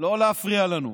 לא להפריע לנו.